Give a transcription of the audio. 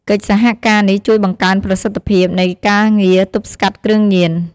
កិច្ចសហការនេះជួយបង្កើនប្រសិទ្ធភាព នៃការងារទប់ស្កាត់គ្រឿងញៀន។